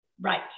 Right